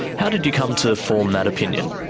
how did you come to form that opinion?